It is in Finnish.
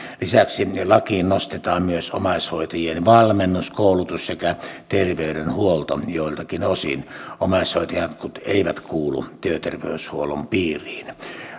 lisäksi lakiin nostetaan myös omaishoitajien valmennus koulutus sekä terveydenhuolto joiltakin osin omaishoitajat eivät kuulu työterveyshuollon piiriin